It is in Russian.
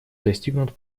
достигнут